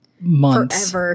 months